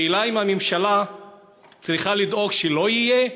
השאלה היא אם הממשלה צריכה לדאוג שזה לא יהיה,